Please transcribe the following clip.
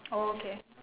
oh okay